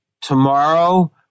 tomorrow